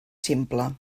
simple